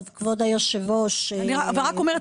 אני רק אומרת,